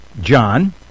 John